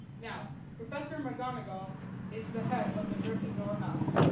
now professor mcgonagall is the head of the gryffindor house